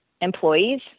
employees